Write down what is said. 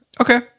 Okay